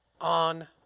on